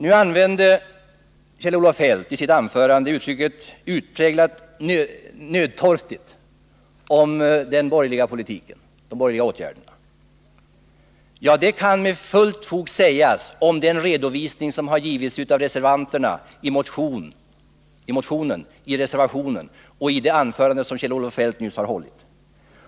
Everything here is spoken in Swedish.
Nu använder Kjell-Olof Feldt i sitt anförande uttrycket ”usjpräglat nödtorftigt” om de borgerliga åtgärderna. Ja, det kan med fullt fog sägas om den redovisning som har givits i motionen, i reservationen och i det anförande som Kjell-Olof Feldt nyss har hållit.